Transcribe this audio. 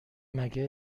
مگه